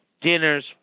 dinners